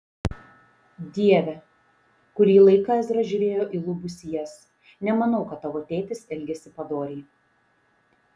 dieve kurį laiką ezra žiūrėjo į lubų sijas nemanau kad tavo tėtis elgėsi padoriai